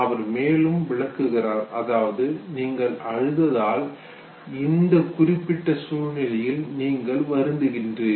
அவர் மேலும் விளக்குகிறார் அதாவது நீங்கள் அழுததால் இந்த குறிப்பிட்ட சூழ்நிலையில் நீங்கள் வருந்துகிறீர்கள்